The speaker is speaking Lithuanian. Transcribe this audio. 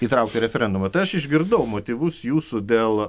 įtraukti į referendumą tai aš išgirdau motyvus jūsų dėl